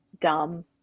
dumb